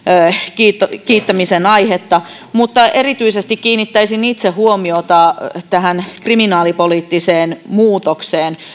kiittämisen kiittämisen aihetta mutta erityisesti kiinnittäisin itse huomiota tähän kriminaalipoliittiseen muutokseen